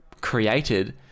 created